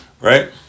right